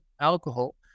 alcohol